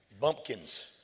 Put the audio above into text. bumpkins